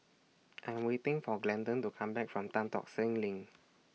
I Am waiting For Glendon to Come Back from Tan Tock Seng LINK